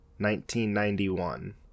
1991